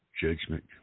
Judgment